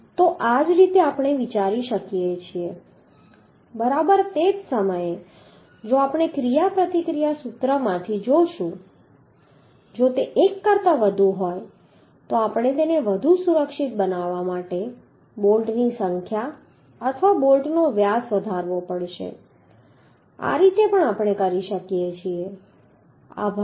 તો આ રીતે આપણે વિચારી શકીએ છીએ બરાબર તે જ સમયે જો આપણે તે ક્રિયાપ્રતિક્રિયા સૂત્રમાંથી જોશું જો તે 1 કરતાં વધુ હોય તો આપણે તેને સુરક્ષિત બનાવવા માટે બોલ્ટની સંખ્યા અથવા બોલ્ટનો વ્યાસ વધારવો પડશે આ રીતે આપણે કરી શકીએ છીએ આભાર